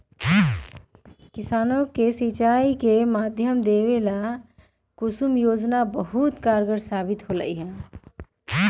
किसानों के सिंचाई के माध्यम देवे ला कुसुम योजना बहुत कारगार साबित होले है